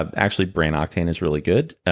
ah actually, brain octane is really good.